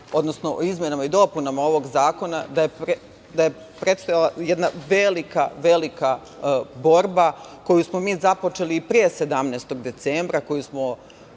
odnosno o izmenama i dopunama ovog zakona, da je predstojala jedna velika, velika borba koju smo mi započeli pre 17. decembra, koju smo